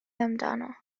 amdano